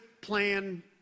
plan